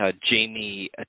Jamie